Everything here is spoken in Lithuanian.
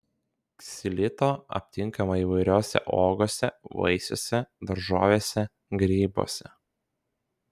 ksilito aptinkama įvairiose uogose vaisiuose daržovėse grybuose